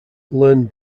learn